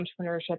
entrepreneurship